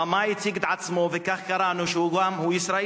הבמאי הציג את עצמו, וכך קראנו, שהוא ישראלי,